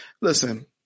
listen